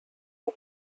for